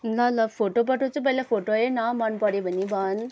ल ल फोटो पठाउँछु पहिला फोटो हेर् न मन पऱ्यो भने भन्